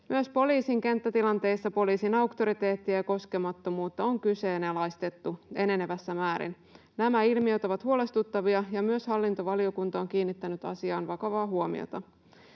Myös poliisin kenttätilanteissa poliisin auktoriteettia ja koskemattomuutta on kyseenalaistettu enenevässä määrin. Nämä ilmiöt ovat huolestuttavia, ja myös hallintovaliokunta on kiinnittänyt asiaan vakavaa huomiota.